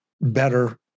better